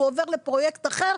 כשהוא עובר לפרויקט אחר,